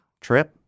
trip